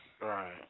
Right